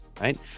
Right